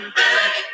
back